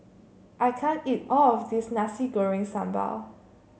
I can't eat all of this Nasi Goreng Sambal